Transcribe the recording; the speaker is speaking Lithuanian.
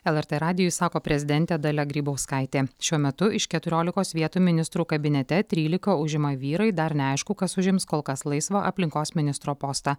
lrt radijui sako prezidentė dalia grybauskaitė šiuo metu iš keturiolikos vietų ministrų kabinete trylika užima vyrai dar neaišku kas užims kol kas laisvą aplinkos ministro postą